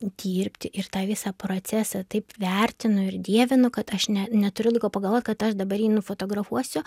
dirbti ir tą visą procesą taip vertinu ir dievinu kad aš ne neturiu laiko pagalvot kad aš dabar jį nufotografuosiu